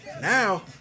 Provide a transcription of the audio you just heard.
now